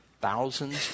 thousands